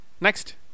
Next